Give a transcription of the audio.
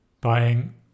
buying